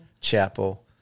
chapel